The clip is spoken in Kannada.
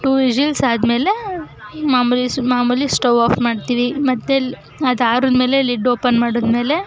ಟು ವಿಷಿಲ್ಸ್ ಆದಮೇಲೆ ಮಾಮೂಲಿ ಸ್ ಮಾಮೂಲಿ ಸ್ಟೌವ್ ಆಫ್ ಮಾಡ್ತೀವಿ ಮತ್ತು ಲ್ ಮತ್ತು ಆರಿದ್ಮೇಲೆ ಲಿಡ್ ಓಪನ್ ಮಾಡಿದ್ಮೇಲೆ